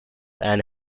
and